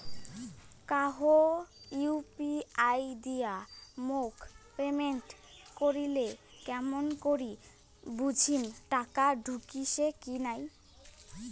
কাহো ইউ.পি.আই দিয়া মোক পেমেন্ট করিলে কেমন করি বুঝিম টাকা ঢুকিসে কি নাই?